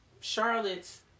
Charlotte's